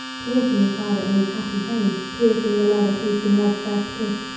piercing the father in his happy home, piercing the lover tasting love's first kiss,